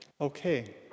okay